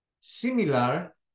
similar